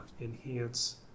enhance